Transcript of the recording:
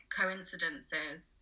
coincidences